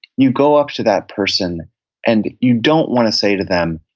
you go up to that person and you don't want to say to them,